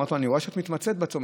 ואמרתי לה: אני רואה שאת מתמצאת בצומת.